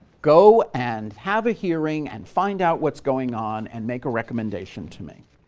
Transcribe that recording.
go and have a hearing and find out what's going on, and make a recommendation to me.